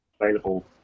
available